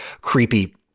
creepy